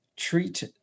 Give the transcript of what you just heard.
treat